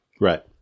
Right